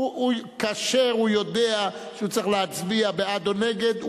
כאשר הוא יודע שהוא צריך להצביע בעד או נגד,